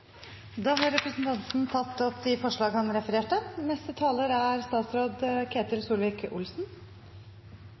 Da har representanten Karin Andersen tatt opp de forslagene hun refererte